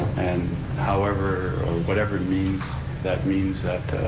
and however, whatever means that means that